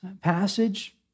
passage